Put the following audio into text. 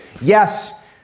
Yes